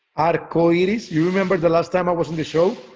arcoiris. you remember the last time i was on the show?